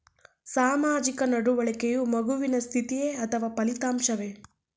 ಸಾಮಾಜಿಕ ನಡವಳಿಕೆಯು ಮಗುವಿನ ಸ್ಥಿತಿಯೇ ಅಥವಾ ಫಲಿತಾಂಶವೇ?